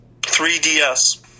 3DS